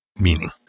meaning